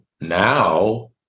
now